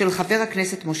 של חבר הכנסת משה